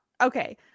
Okay